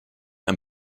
ein